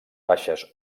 baixes